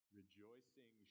rejoicing